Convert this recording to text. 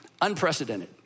Unprecedented